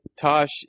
Tosh